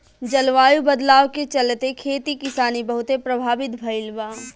जलवायु बदलाव के चलते, खेती किसानी बहुते प्रभावित भईल बा